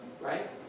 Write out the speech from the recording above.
Right